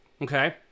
okay